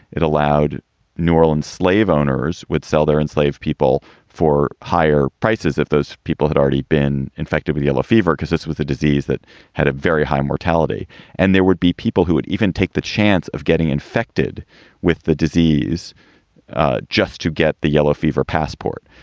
it allowed new orleans slave owners would sell their enslaved people for higher prices if those people had already been infected with yellow fever, because this was a disease that had a very high mortality and there would be people who would even take the chance of getting infected with the disease just to get the yellow fever passport.